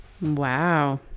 Wow